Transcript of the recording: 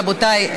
רבותיי,